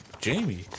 Jamie